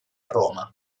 roma